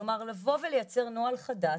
כלומר לבוא וליצר נוהל חדש,